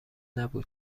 نبود